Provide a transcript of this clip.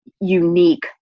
unique